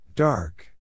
Dark